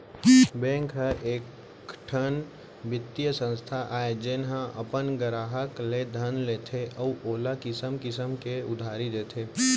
bank ह एकठन बित्तीय संस्था आय जेन ह अपन गराहक ले धन लेथे अउ ओला किसम किसम के उधारी देथे